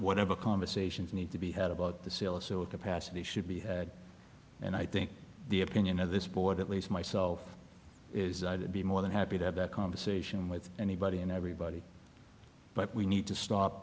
whatever conversations need to be had about the sale so a capacity should be had and i think the opinion of this board at least myself is i'd be more than happy to have that conversation with anybody and everybody but we need to stop